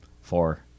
four